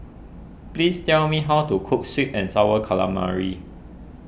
please tell me how to cook Sweet and Sour Calamari